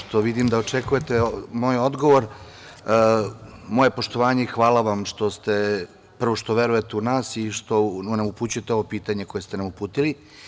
Pošto vidim da očekujete moj odgovor, moje poštovanje i hvala vam što verujete u nas, kao i što nam upućujete ovo pitanje koje ste nam uputili.